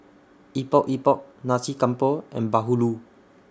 Epok Epok Nasi Campur and Bahulu